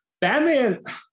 Batman